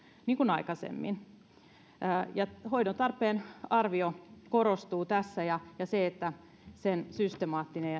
niin kuin aikaisemminkin ja hoidon tarpeen arvio korostuu tässä ja sen systemaattinen